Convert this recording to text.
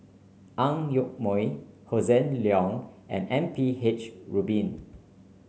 Ang Yoke Mooi Hossan Leong and M P H Rubin